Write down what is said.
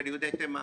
של יהודי תימן.